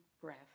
breath